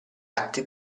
atti